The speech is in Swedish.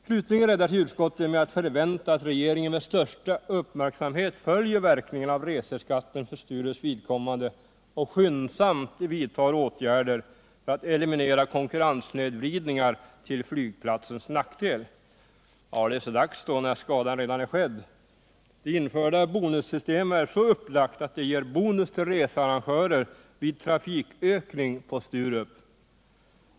Slutligen räddar sig utskottet med att förvänta att regeringen med största uppmärksamhet följer verkningarna av reseskatten för Sturups vidkommande och skyndsamt vidtar åtgärder för att eliminera konkurrenssnedvridningar till flygplatsens nackdel. Det är så dags då, när skadan redan är skedd. Det införda bonussystemet är så upplagt att det ger bonus till researrangörer vid trafikökning på Sturup.